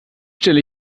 stelle